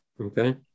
Okay